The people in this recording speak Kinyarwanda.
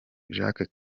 jacques